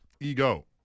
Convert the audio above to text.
Ego